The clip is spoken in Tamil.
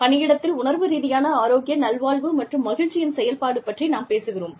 பணியிடத்தில் உணர்வு ரீதியான ஆரோக்கிய நல்வாழ்வு மற்றும் மகிழ்ச்சியின் செயல்பாடு பற்றி நாம் பேசுகிறோம்